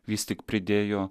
jis tik pridėjo